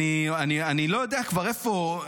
אני לא יודע כבר איפה,